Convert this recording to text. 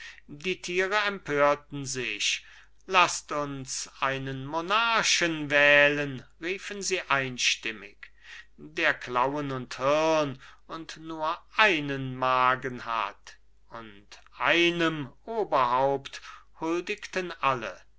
die tiere empörten sich laßt uns einen monarchen wählen riefen sie einstimmig der klauen und hirn und nur einen magen hat und einem oberhaupt huldigten alle